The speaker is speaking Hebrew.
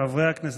חברי הכנסת,